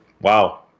Wow